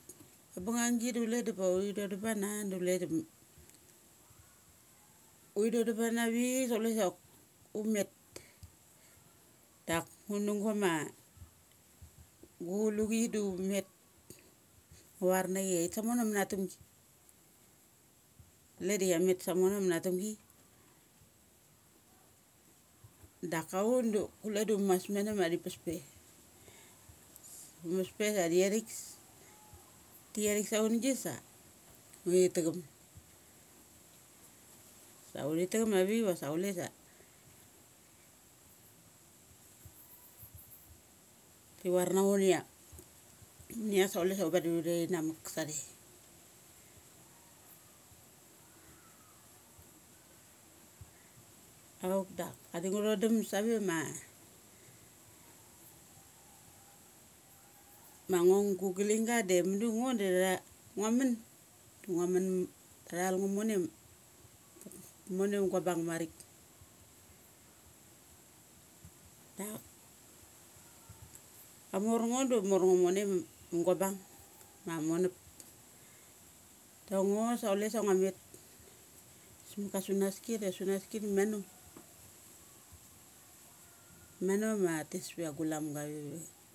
Bunganggi da chule upe uthi dodum bana kule da dodum. Uthi dodum banavik sa chule sa um met. Dak ngu nu gama ga chulu chi du um met. Ngua var na chia iait savono manatamgi. Le di chia met sa mono da manatemgi. Daka un du chule daun mas mano ma thi pas pe. Umes pe sa thiathik, tiathik sannggi sa uthi ta cham. Sa uthi ama avik vasa chule sa ti var na un ia ngais savadi un dein namuk sa auk ma vadi ngu ithamuk save. Da vadi ngu thodum save ma ngo gu galing ga dango da tha ngua mun ngua mun ta thal ngo mone mone va gus bung marik. Dak amor ngo da amor ngo mone mu gua bang ma monup dango sa chule sangus met sa ma ka sunaski da maka sunaski da sunaski da mano. Mano ma tes pe ia gulam ga veve.